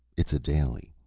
it's a daily.